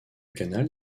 canal